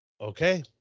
Okay